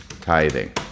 tithing